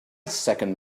second